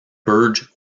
burge